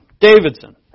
Davidson